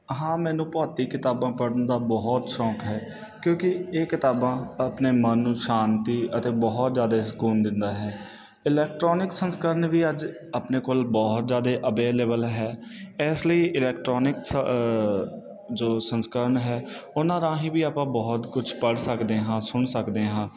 ਹਾਂ ਮੈਨੂੰ ਭੌਤਿਕ ਕਿਤਾਬਾਂ ਪੜ੍ਹਨ ਦਾ ਬਹੁਤ ਸ਼ੌਂਕ ਹੈ ਕਿਉਂਕਿ ਇਹ ਕਿਤਾਬਾਂ ਆਪਣੇ ਮਨ ਨੂੰ ਸ਼ਾਂਤੀ ਅਤੇ ਬਹੁਤ ਜ਼ਿਆਦਾ ਸਕੂਨ ਦਿੰਦਾ ਹੈ ਇਲੈਕਟਰੋਨਿਕ ਸੰਸਕਰਨ ਵੀ ਅੱਜ ਆਪਣੇ ਕੋਲ ਬਹੁਤ ਜ਼ਿਆਦਾ ਅਵੇਲੇਬਲ ਹੈ ਇਸ ਲਈ ਇਲੈਕਟਰੋਨਿਕ ਜੋ ਸੰਸਕਰਣ ਹੈ ਉਹਨਾਂ ਰਾਹੀਂ ਵੀ ਆਪਾਂ ਬਹੁਤ ਕੁਛ ਪੜ੍ਹ ਸਕਦੇ ਹਾਂ ਸੁਣ ਸਕਦੇ ਹਾਂ